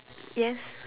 yes